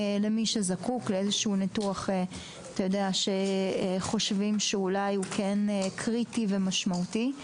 למי שזקוק לאיזשהו ניתוח שחושבים שאולי הוא כן קריטי ומשמעותי.